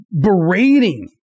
berating